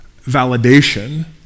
validation